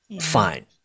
fine